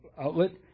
outlet